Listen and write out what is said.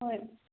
ꯍꯣꯏ